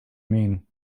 mean